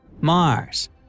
Mars